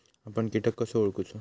आपन कीटक कसो ओळखूचो?